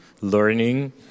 learning